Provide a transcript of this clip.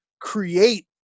create